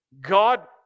God